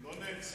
הוא לא נעצר,